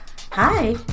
Hi